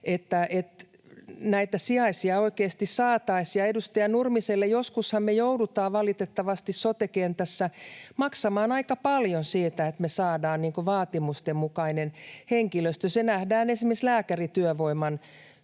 että näitä sijaisia oikeasti saataisiin. [Ilmari Nurmisen välihuuto] Edustaja Nurmiselle: Joskushan me joudutaan valitettavasti sote-kentässä maksamaan aika paljon siitä, että me saadaan vaatimusten mukainen henkilöstö. Se nähdään esimerkiksi lääkärityövoiman